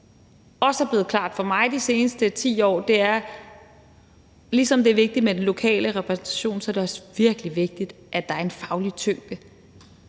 fald også er blevet klart for mig de seneste 10 år, er, at ligesom det er vigtigt med den lokale repræsentation, så er det også virkelig vigtigt, at der er en faglig tyngde